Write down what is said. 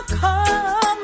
come